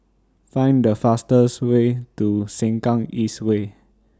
Find The fastest Way to Sengkang East Way